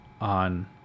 on